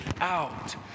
out